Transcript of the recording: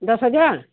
दस हज़ार